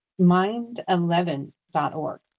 mind11.org